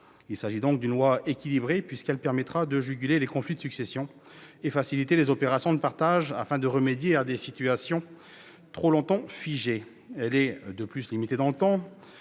Il s'agit donc d'une loi équilibrée, qui permettra de juguler les conflits de succession et de faciliter les opérations de partage afin de remédier à des situations restées trop longtemps figées. Elle est, de plus, limitée dans le temps,